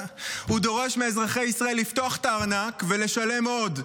הוא דורש מאזרחי ישראל לפתוח את הארנק ולשלם עוד.